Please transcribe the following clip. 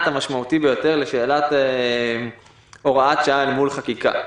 המשמעותי ביותר לשאלת הוראת שעה אל מול חקיקה.